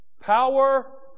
power